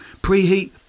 Preheat